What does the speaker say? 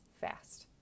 fast